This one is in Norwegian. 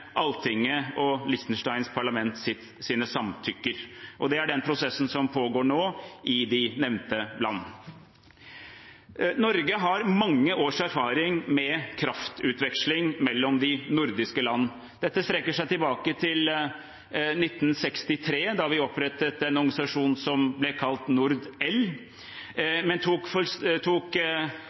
Alltinget og Liechtensteins parlament. Den prosessen pågår nå i de nevnte land. Norge har mange års erfaring med kraftutveksling mellom de nordiske land. Dette strekker seg tilbake til 1963, da vi opprettet en organisasjon som ble kalt Nordel, men